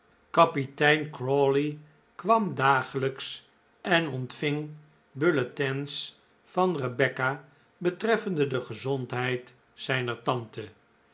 kapitein crawley kwam dagelijks en ontving bulletins van rebecca betreffende de gezondheid zijner tante